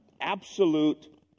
absolute